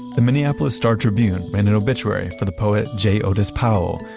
the minneapolis star tribune ran an obituary for the poet j otis powell,